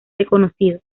desconocido